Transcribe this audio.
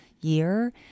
year